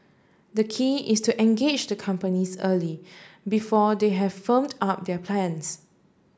the key is to engage the companies early before they have firmed up their plans